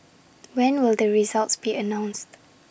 when will the results be announced